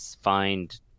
find